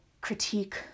critique